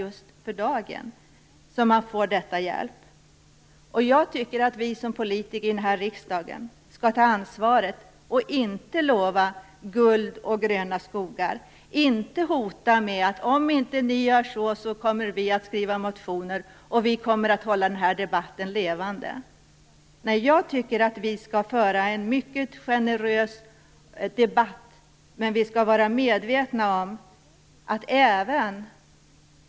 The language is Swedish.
Jag tycker att vi skall ta ansvar som politiker här i riksdagen och inte lova guld och gröna skogar. Det gäller även om jag tycker att vi skall ha en mycket öppen debatt.